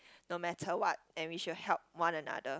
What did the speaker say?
no matter what and we should help one another